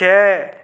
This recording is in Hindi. छः